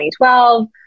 2012